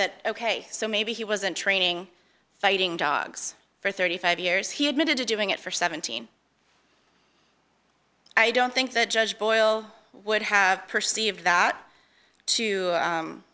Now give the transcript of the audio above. that ok so maybe he wasn't training fighting dogs for thirty five years he admitted to doing it for seventeen i don't think the judge boyle would have perceived that to